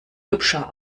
hübscher